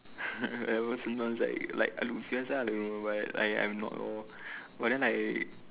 like sometimes like like I look fierce lah I don't know why I'm not normal but then like